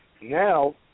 Now